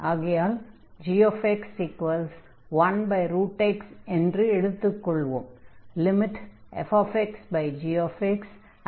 ஆகையால் gx1x என்று எடுத்துக் கொள்வோம்